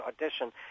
audition